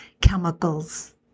chemicals